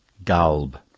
galbe.